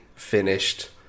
Finished